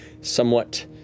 somewhat